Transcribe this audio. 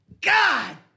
God